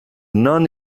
non